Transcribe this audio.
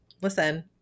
listen